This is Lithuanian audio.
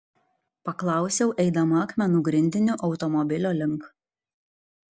paklausiau eidama akmenų grindiniu automobilio link